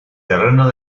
terreno